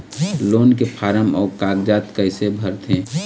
Loan के form अऊ कागजात कइसे भरथें?